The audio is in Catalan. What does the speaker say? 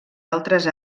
altres